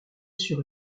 sur